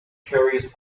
carries